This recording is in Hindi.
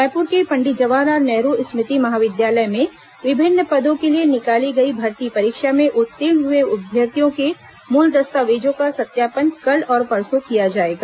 रायपुर के पंडित जवाहर लाल नेहरू स्मृति महाविद्यालय में विभिन्न पदों के लिए निकाली गई भर्ती परीक्षा में उत्तीर्ण हुए अभ्यर्थियों के मूल दस्तावेजों का सत्यापन कल और परसों किया जाएगा